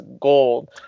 gold